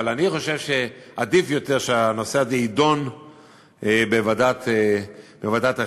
אבל אני חושב שעדיף שהנושא הזה יידון בוועדת החינוך.